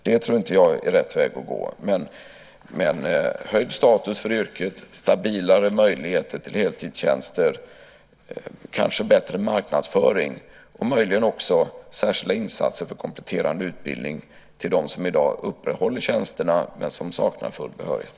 Det tror inte jag är rätt väg att gå - däremot höjd status för yrket, stabilare möjligheter till heltidstjänster, kanske bättre marknadsföring och möjligen också särskilda insatser för kompletterande utbildning till dem som i dag uppehåller tjänsterna men som saknar full behörighet.